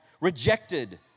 rejected